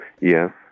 Yes